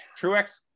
Truex